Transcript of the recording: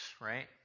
right